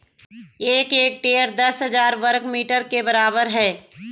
एक हेक्टेयर दस हजार वर्ग मीटर के बराबर है